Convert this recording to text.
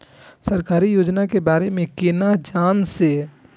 सरकारी योजना के बारे में केना जान से?